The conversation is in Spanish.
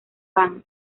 band